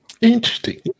Interesting